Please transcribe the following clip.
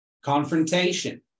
Confrontation